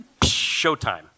showtime